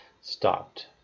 stopped